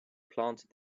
planted